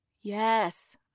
Yes